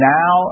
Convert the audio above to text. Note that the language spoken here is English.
now